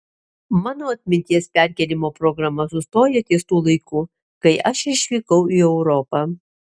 mano atminties perkėlimo programa sustoja ties tuo laiku kai aš išvykau į europą